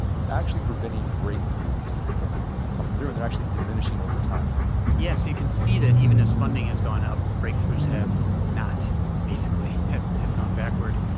it's actually preventing breakthroughs from coming through. and they're actually diminishing over time you can see that even as funding has gone up, breakthroughs have not basically, have have gone backward.